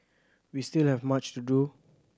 we still have much to do